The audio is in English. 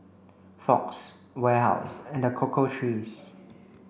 Fox Warehouse and The Cocoa Trees